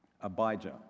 Abijah